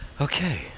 Okay